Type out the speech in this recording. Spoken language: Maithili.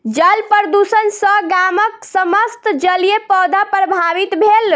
जल प्रदुषण सॅ गामक समस्त जलीय पौधा प्रभावित भेल